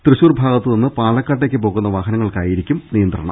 തൃശൂർ ഭാഗത്ത് നിന്ന് പാലക്കാട്ടേക്ക് പോകുന്ന വാഹനങ്ങൾക്കായിരിക്കും നിയന്ത്രണം